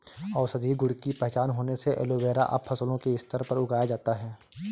औषधीय गुण की पहचान होने से एलोवेरा अब फसलों के स्तर पर उगाया जाता है